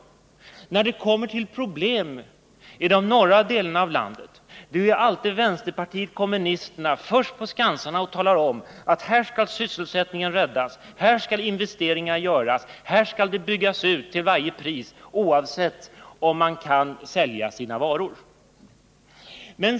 Men när det uppstår sysselsättningsproblem i de norra delarna av landet är det å andra sidan alltid vänsterpartiet kommunisterna som är först på skansarna och säger: Här skall sysselsättningsproblemen lösas, här skall investeringar göras och här skall det byggas ut till varje pris, oavsett om man sedan kan sälja sina varor eller inte.